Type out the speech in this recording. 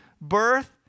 Birth